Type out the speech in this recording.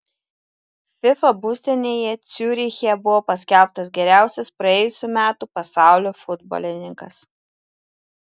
fifa būstinėje ciuriche buvo paskelbtas geriausias praėjusių metų pasaulio futbolininkas